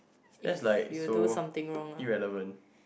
that's like so irrelevant